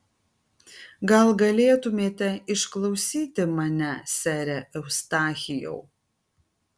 gal galėtumėte išklausyti mane sere eustachijau